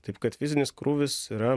taip kad fizinis krūvis yra